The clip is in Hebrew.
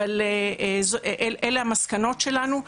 אבל אלה המסקנות שלנו.